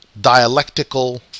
dialectical